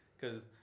Cause